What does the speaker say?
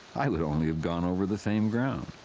i would only have gone over the same ground.